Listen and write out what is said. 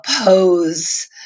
oppose